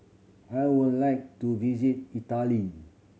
I would like to visit Italy